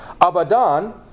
Abadan